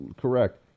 correct